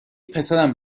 پسرم